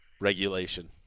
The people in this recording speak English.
Regulation